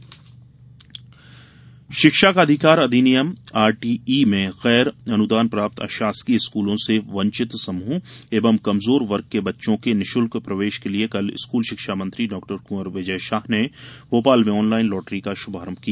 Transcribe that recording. विजय शाह शिक्षा का अधिकार अधिनियम आरटीई में गैर अनुदान प्राप्त अशासकीय स्कूलों में वंचित समूह एवं कमजोर वर्ग के बच्चों के निःशुल्क प्रवेश के लिए कल स्कूल शिक्षा मंत्री डॉ कुँवर विजय शाह ने भोपाल में ऑनलाईन लॉटरी का शुभारंभ किया